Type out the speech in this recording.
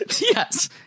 Yes